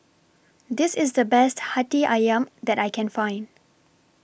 This IS The Best Hati Ayam that I Can Find